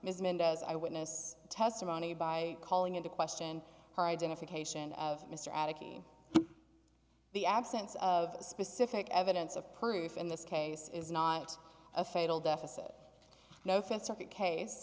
ms mendez eyewitness testimony by calling into question her identification of mr attic in the absence of specific evidence of proof in this case is not a fatal deficit no offense to that case